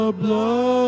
blood